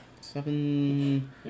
Seven